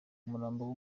umurambo